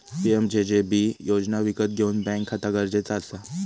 PMJJB योजना विकत घेऊक बॅन्क खाता गरजेचा असा